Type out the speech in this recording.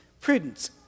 prudence